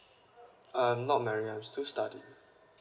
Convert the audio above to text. I'm not married I'm still studying